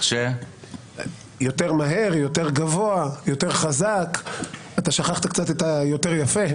יותר מהר, יותר גבוה, יותר חזק, יותר יפה.